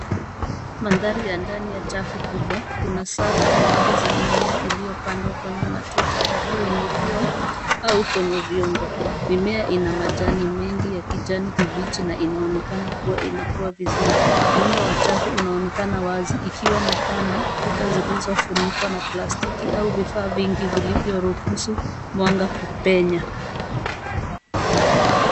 Mandhari ya ndani ya chafu kubwa. Kuna safu nyingi za mimea iliyopandwa kwenye matuta yaliyoinuliwa, au kwenye vyombo. Mimea ina majani mengi ya kijani kibichi na inaonekana kuwa inakuwa vizuri. Muundo wa chafu unaonekana wazi ikiwa na paa na kuta zilizofunikwa na plastiki au vifaa vingi vilivyoruhusu mwanga kupenya.